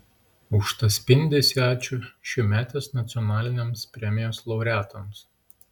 už tą spindesį ačiū šiųmetės nacionalinėms premijos laureatams